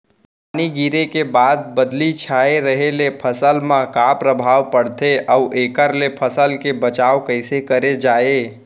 पानी गिरे के बाद बदली छाये रहे ले फसल मा का प्रभाव पड़थे अऊ एखर ले फसल के बचाव कइसे करे जाये?